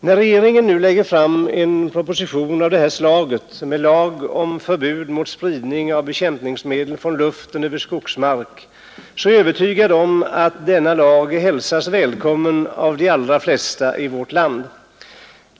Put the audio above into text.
När regeringen nu lägger fram denna proposition med lag om förbud mot spridning av bekämpningsmedel från luften över skogsmark, är jag övertygad om att denna lag hälsas välkommen av de allra flesta i vårt land.